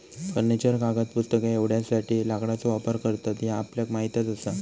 furniture, कागद, पुस्तके एवढ्यासाठी लाकडाचो वापर करतत ह्या आपल्याक माहीतच आसा